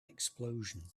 explosion